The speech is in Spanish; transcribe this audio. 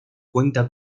cuenta